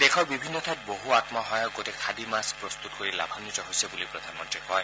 দেশৰ বিভিন্ন ঠাইত বহু আন্মসহায়ক গোটে খাদী মাস্থ প্ৰস্তত কৰি লাভান্নিত হৈছে বুলি প্ৰধানমন্ত্ৰীয়ে কয়